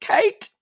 Kate